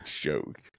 joke